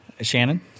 Shannon